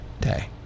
day